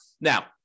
Now